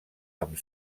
amb